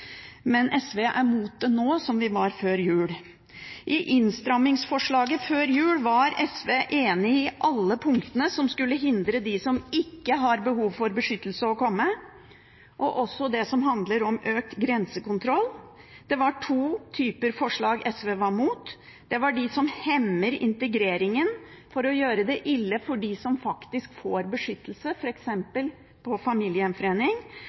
men SV er mot det nå, som vi var før jul. I innstrammingsforslaget før jul var SV enig i alle punktene som skulle hindre dem som ikke har behov for beskyttelse, i å komme, og også det som handlet om økt grensekontroll. Det var to typer forslag SV var mot. Det var de som hemmer integreringen for å gjøre det ille for dem som faktisk får beskyttelse, f.eks. med tanke på familiegjenforening,